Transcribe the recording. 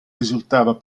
risultava